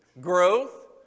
Growth